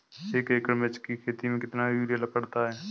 एक एकड़ मिर्च की खेती में कितना यूरिया पड़ता है?